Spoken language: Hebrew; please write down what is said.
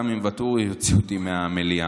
גם אם ואטורי יוציא אותי מהמליאה.